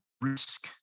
risk